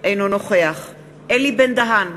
אינו נוכח אלי בן-דהן,